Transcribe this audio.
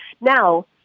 Now